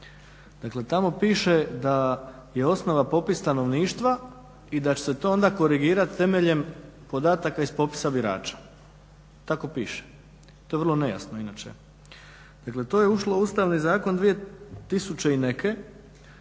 Dakle, tamo piše da je osnova popis stanovništva i da će se to onda korigirati temeljem podataka iz popisa birača. Tako piše. To je vrlo nejasno inače. Dakle, to je ušlo u Ustavni zakon dvijetisuće